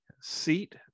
seat